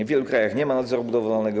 W wielu krajach nie ma nadzoru budowlanego.